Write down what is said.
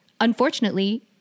unfortunately